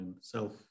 self